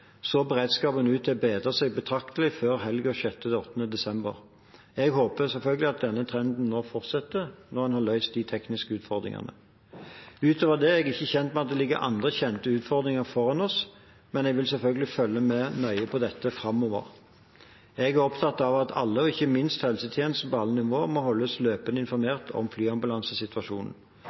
så beredskapen ut til å bedre seg betraktelig før helgen 6.–8. desember. Jeg håper selvfølgelig at denne trenden nå fortsetter når man har løst de tekniske utfordringene. Utover dette er jeg ikke kjent med at det ligger andre kjente utfordringer foran oss, men jeg vil selvfølgelig følge nøye med på dette framover. Jeg er opptatt av at alle, og ikke minst helsetjenesten på alle nivåer, må holdes løpende informert om flyambulansesituasjonen.